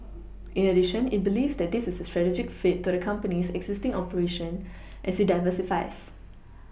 in addition it believes that this is a strategic fit to the company's existing operation as it diversifies